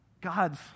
God's